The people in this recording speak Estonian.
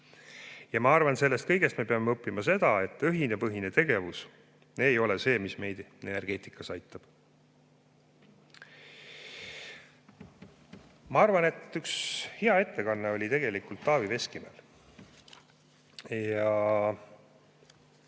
Ma arvan, et sellest kõigest me peame õppima seda, et õhinapõhine tegevus ei ole see, mis meid energeetikas aitab. Ma arvan, et hea ettekanne oli Taavi Veskimäel. Me